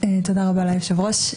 תודה רבה ליושב-ראש.